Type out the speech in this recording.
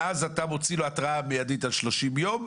ואז אתה מוציא לו התראה מידית על 30 ימים,